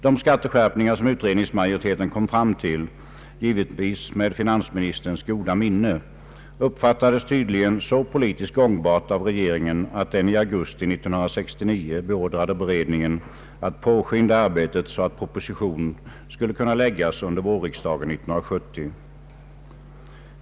De skatteskärpningar som <utredningsmajoriteten kom fram till, givetvis med finansministerns goda minne, uppfattades tydligen av regeringen så politiskt gångbara att den i augusti 1969 beordrade beredningen att påskynda arbetet, så att propositionen skulle kunna läggas under vårriksdagen 1970.